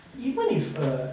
even if a